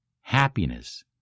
Happiness